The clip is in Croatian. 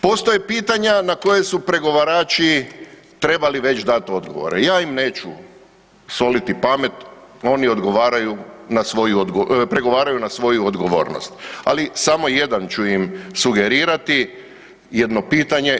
Postoje pitanja na koje su pregovarači trebali već dati odgovore, ja im neću soliti pamet, oni pregovaraju na svoju odgovornost, ali samo jedan ću im sugerirati jedno pitanje.